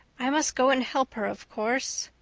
i must go and help her, of course.